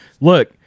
look